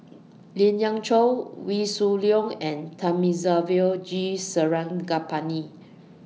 Lien Ying Chow Wee Shoo Leong and Thamizhavel G Sarangapani